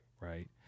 right